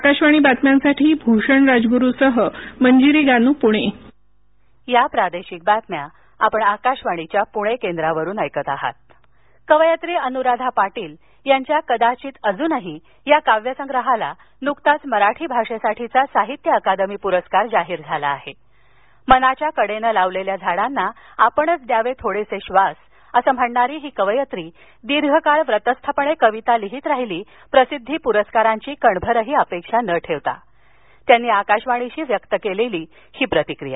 आकाशवाणी बातम्यांसाठी भूषण राजगुरूसह मंजिरी गानू पुणे अनराधा पार्पील कवयित्री अनुराधा पाटील यांच्या कदाचित अजूनही या काव्यसंग्रहाला नुकताच मराठी भाषेसाठीचा साहित्य अकादमी प्रस्कार जाहीर झाला आहे मनाच्या कडेनं लावलेल्या झाडांना आपणच द्यावे धोडेसे ब्वास असं म्हणणारी ही कवियत्री दीर्घकाळ कविता व्रतस्थपणे लिहित राहिली प्रसिद्धी प्रस्कारांची कणेरही अपेक्षा न ठेवता त्यांनी आकाशवाणीशी बोलताना व्यक्त केलेली ही प्रतिक्रिया